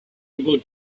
about